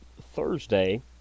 Thursday